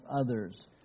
others